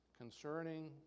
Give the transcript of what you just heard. concerning